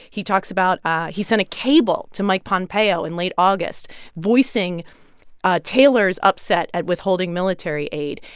he talks about ah he sent a cable to mike pompeo in late august voicing ah taylor's upset at withholding military aid.